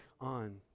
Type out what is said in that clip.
on